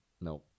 No